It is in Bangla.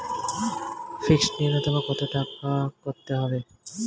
ফিক্সড নুন্যতম কত টাকা করতে হবে?